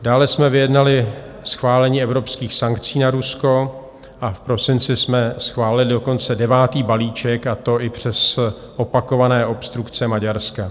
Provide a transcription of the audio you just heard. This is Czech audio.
Dále jsme vyjednali schválení evropských sankcí na Rusko a v prosinci jsme schválili dokonce devátý balíček, a to i přes opakované obstrukce Maďarska.